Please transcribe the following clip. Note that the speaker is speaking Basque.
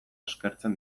eskertzen